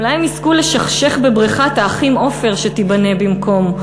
אולי הם יזכו לשכשך בבריכת האחים עופר שתיבנה במקום,